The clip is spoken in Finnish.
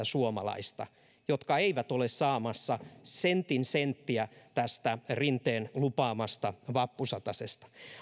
suomalaista jotka eivät ole saamassa sentin senttiä tästä rinteen lupaamasta vappusatasesta